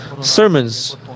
sermons